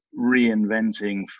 reinventing